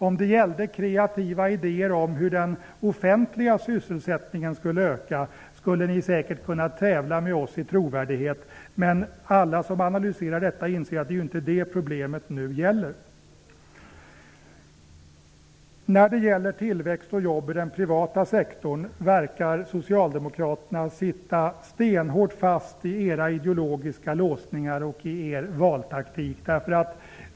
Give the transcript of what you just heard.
Om det gällde kreativa idéer om hur den offentliga sysselsättningen skulle öka kunde ni säkert tävla med oss i trovärdighet. Men alla som analyserar detta inser att det inte är det som problemet nu gäller. När det gäller tillväxt och jobb i den privata sektorn verkar ni socialdemokrater sitta stenhårt fast i era ideologiska låsningar och er valtaktik.